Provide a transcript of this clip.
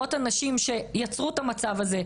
לראות אנשים שיצרו את המצב הזה,